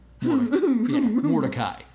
Mordecai